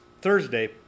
Thursday